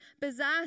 bizarre